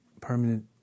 permanent